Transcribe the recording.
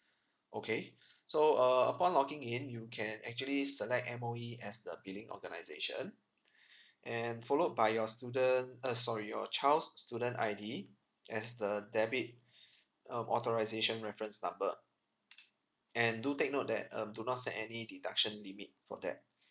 okay so err upon logging in you can actually select M_O_E as the billing organisation and followed by your student uh sorry your child's student I_D as the debit um authorisation reference number and do take note that um do not set any deduction limit for that